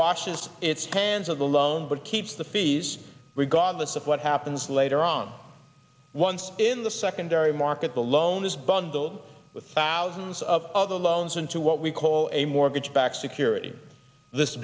watches its hands of the loan but keeps the fees regardless of what happens later on once in the secondary market the loan is bundled with thousands of other loans into what we call a mortgage backed securities this